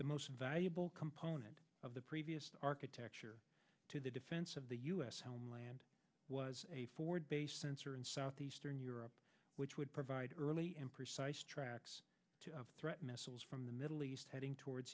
the most valuable component of the previous architecture to the defense of the u s homeland was a forward base sensor in southeastern europe which would provide early and precise tracks of threat missiles from the middle east heading towards